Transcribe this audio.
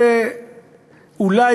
זה אולי,